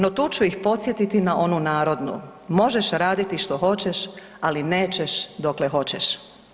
No tu ću ih podsjetiti na onu narodnu „Možeš raditi što hoćeš, ali nećeš dokle hoćeš“